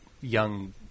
young